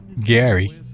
Gary